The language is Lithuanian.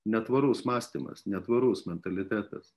netvarus mąstymas netvarus mentalitetas